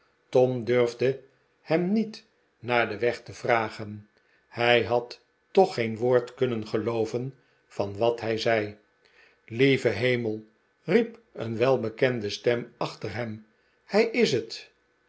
tom durfde hem niet naar den weg te vragen hij had toch geen woord kunnen gelooven van wat hij zei lieve herhel riep een welbekende stem achter hem hij is het